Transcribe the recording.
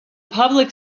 public